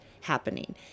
happening